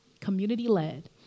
community-led